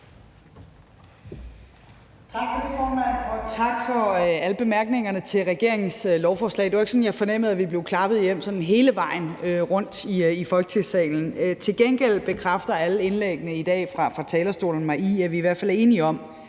tak for alle bemærkningerne til regeringens lovforslag. Det var ikke sådan, at jeg fornemmede, at vi blev klappet hjem sådan hele vejen rundt i Folketingssalen. Til gengæld bekræfter alle indlæggene fra talerstolen i dag mig i, at vi i hvert fald er enige om,